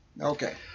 Okay